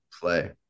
play